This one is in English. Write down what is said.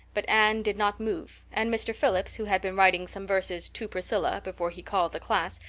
but anne did not move, and mr. phillips, who had been writing some verses to priscilla before he called the class,